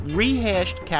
rehashed